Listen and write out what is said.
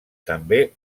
també